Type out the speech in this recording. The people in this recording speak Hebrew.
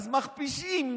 אז מכפישים.